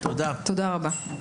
תודה רבה.